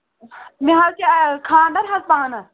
مےٚ حظ چھُ خانٛدَر حظ پانَس